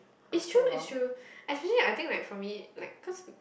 it's true it's true especially I think like for me like cause